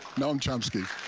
noam chomsky.